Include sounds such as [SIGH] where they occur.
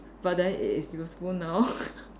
but then it is useful now [LAUGHS]